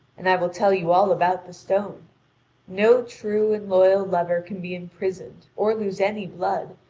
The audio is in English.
and i will tell you all about the stone no true and loyal lover can be imprisoned or lose any blood,